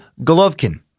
Golovkin